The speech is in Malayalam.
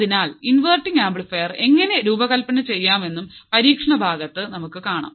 അതിനാൽ ഇൻവെർട്ടിങ് ആംപ്ലിഫയർ എങ്ങനെ രൂപകൽപ്പന ചെയ്യാമെന്നും പരീക്ഷണ ഭാഗത്ത് കാണാം